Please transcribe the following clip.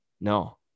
no